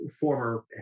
former